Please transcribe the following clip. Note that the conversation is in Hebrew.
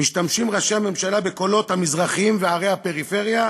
משתמשים ראשי הממשלה בקולות המזרחים וערי הפריפריה,